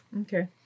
Okay